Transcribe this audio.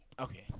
okay